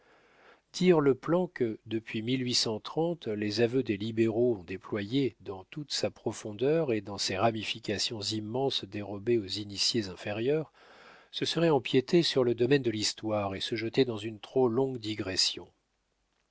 dire le plan que depuis les aveux des libéraux ont déployé dans toute sa profondeur et dans ses ramifications immenses dérobées aux initiés inférieurs ce serait empiéter sur le domaine de l'histoire et se jeter dans une trop longue digression